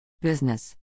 Business